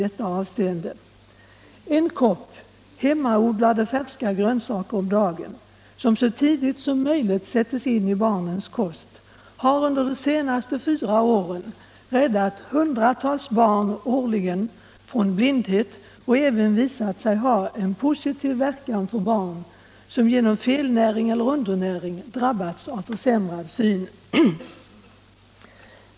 En kopp hemmaodlade färska grönsaker om dagen, så tidigt som möjligt insatt i barnens kost, har de senaste fyra åren räddat hundratals barn årligen från blindhet och även visat sig ha en positiv verkan för barn som genom felnäring eller undernäring drabbats av försämrad syn.